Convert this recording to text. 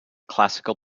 classical